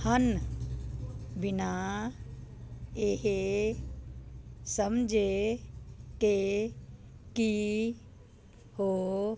ਹਨ ਬਿਨਾ ਇਹ ਸਮਝੇ ਕਿ ਕੀ ਹੋ